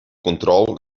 control